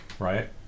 Right